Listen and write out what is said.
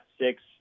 six